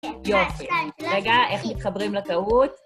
יופי. רגע, איך מתחברים לטעות?